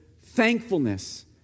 thankfulness